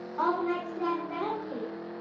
all the knights sit at a round table.